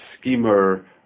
schemer